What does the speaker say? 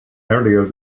earlier